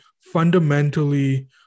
fundamentally